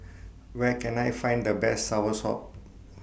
Where Can I Find The Best Soursop